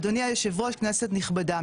אדוני היושב ראש כנסת נכבדה,